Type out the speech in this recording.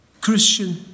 Christian